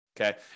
okay